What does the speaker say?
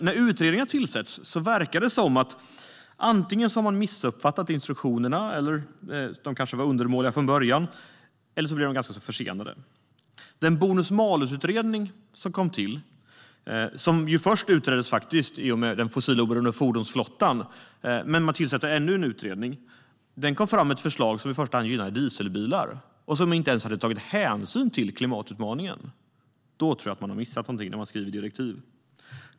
När utredningar tillsätts verkar det som att antingen har man missuppfattat instruktionerna - de kanske var undermåliga från början - eller också blir utredningarna försenade. Bonus-malus utreddes först i och med utredningen om den fossila oberoende fordonsflottan. Men man tillsatte ännu en utredning, som kom fram med ett förslag som i första hand gynnar dieselbilar och som inte ens hade tagit hänsyn till klimatutmaningen. Då har man nog missat någonting när man har skrivit direktiven.